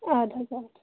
اَدٕ حظ اَدٕ